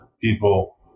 people